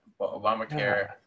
Obamacare